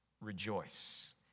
Rejoice